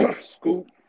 Scoop